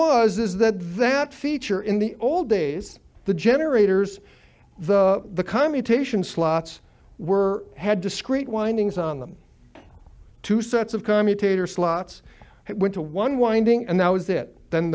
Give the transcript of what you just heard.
was is that that feature in the old days the generators the commutations slots were had discrete windings on them two sets of commutator slots one to one winding and that was it then